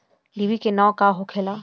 डिभी के नाव का होखेला?